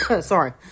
Sorry